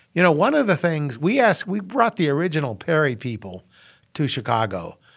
you know, one of the things we ask we brought the original perry people to chicago,